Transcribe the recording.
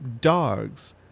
dogs